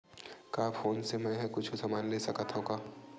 का फोन से मै हे कुछु समान ले सकत हाव का?